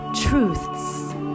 truths